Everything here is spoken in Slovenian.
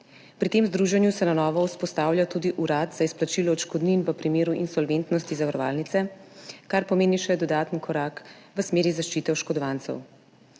Pri tem združenju se na novo vzpostavlja tudi urad za izplačilo odškodnin v primeru insolventnosti zavarovalnice, kar pomeni še dodaten korak v smeri zaščite oškodovancev.